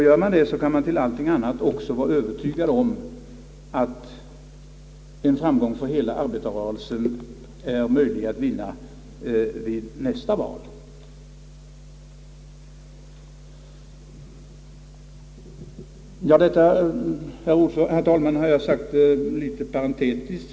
Gör man det kan man till allting annat också vara överens om att en framgång för hela arbetarrörelsen är möjlig att vinna vid nästa val. Detta, herr talman, har jag sagt litet parentetiskt.